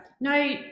No